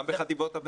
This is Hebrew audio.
גם בחטיבות הביניים.